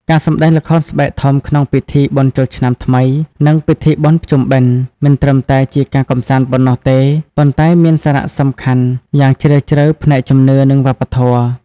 ការសម្តែងល្ខោនស្បែកធំក្នុងពិធីបុណ្យចូលឆ្នាំថ្មី និងពិធីបុណ្យភ្ជុំបិណ្ឌ មិនត្រឹមតែជាការកម្សាន្តប៉ុណ្ណោះទេ ប៉ុន្តែមានសារៈសំខាន់យ៉ាងជ្រាលជ្រៅផ្នែកជំនឿ និងវប្បធម៌។